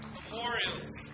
Memorials